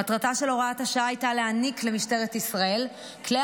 מטרתה של הוראת השעה הייתה להעניק למשטרת ישראל כלי